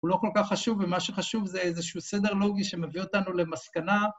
הוא לא כל כך חשוב, ומה שחשוב זה איזשהו סדר לוגי שמביא אותנו למסקנה.